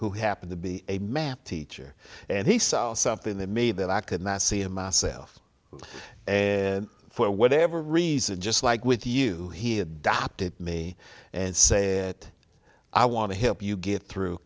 who happened to be a man teacher and he saw something that me that i could not see in myself and for whatever reason just like with you he adopted me and said i want to help you get through